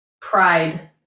pride